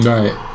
Right